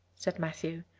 said matthew.